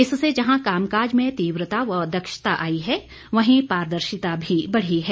इससे जहां कामकाज में तीव्रता व दक्षता आई है वहीं पारदर्शिता भी बढ़ी है